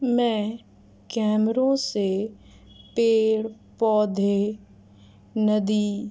میں کیمروں سے پیڑ پودھے ندی